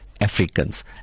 Africans